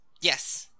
Yes